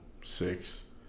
six